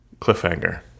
cliffhanger